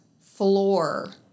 floor